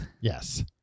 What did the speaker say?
Yes